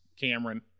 Cameron